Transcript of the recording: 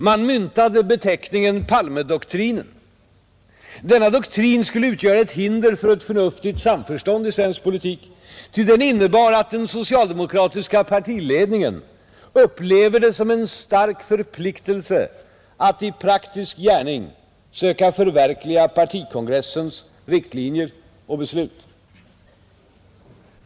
Man myntade beteckningen Palmedoktrinen, Denna doktrin skulle utgöra ett hinder för ett förnuftigt samförstånd i svensk politik, ty den innebar att den socialdemokratiska partiledningen upplever det som en stark förpliktelse att i praktisk gärning söka förverkliga partikongressens riktlinjer och beslut.